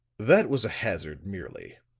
that was a hazard, merely,